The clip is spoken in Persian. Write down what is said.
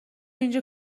اینجا